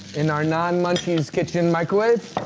in our non-munchies-kitchen microwave.